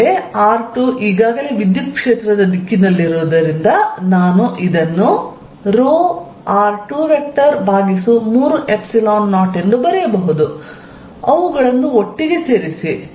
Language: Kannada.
ಮತ್ತು r2 ಈಗಾಗಲೇ ವಿದ್ಯುತ್ ಕ್ಷೇತ್ರದ ದಿಕ್ಕಿನಲ್ಲಿರುವುದರಿಂದ ನಾನು ಇದನ್ನು r230 ಎಂದು ಬರೆಯಬಹುದು ಅವುಗಳನ್ನು ಒಟ್ಟಿಗೆ ಸೇರಿಸಿ